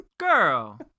Girl